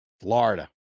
Florida